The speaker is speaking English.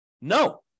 No